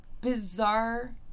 bizarre